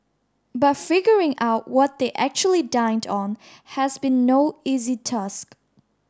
but figuring out what they actually dined on has been no easy task